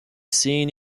seen